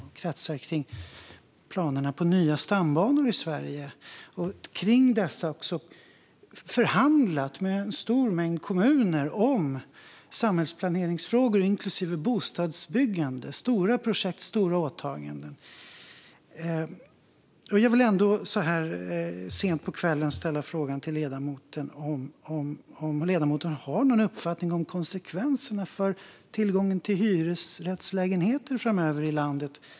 Den kretsar runt planerna på nya stambanor i Sverige, och kring dessa har man förhandlat med ett stort antal kommuner om samhällsplaneringsfrågor inklusive bostadsbyggande. Det är stora projekt och stora åtaganden. Jag vill så här sent på kvällen ändå ställa frågan till ledamoten om ledamoten har någon uppfattning om konsekvenserna för tillgången till hyresrätter i landet framöver.